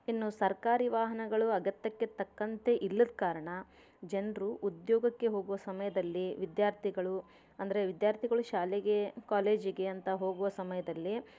ಇನ್ನೂ ಸರ್ಕಾರಿ ವಾಹನಗಳು ಅಗತ್ಯಕ್ಕೆ ತಕ್ಕಂತೆ ಇಲ್ಲದ ಕಾರಣ ಜನರು ಉದ್ಯೋಗಕ್ಕೆ ಹೋಗುವ ಸಮಯದಲ್ಲಿ ವಿದಾರ್ಥಿಗಳು ಅಂದರೆ ವಿದ್ಯಾರ್ಥಿಗಳು ಶಾಲೆಗೆ ಕಾಲೇಜಿಗೆ ಅಂತ ಹೋಗುವ ಸಮಯದಲ್ಲಿ